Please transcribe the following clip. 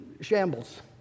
shambles